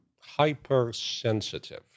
hypersensitive